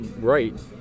right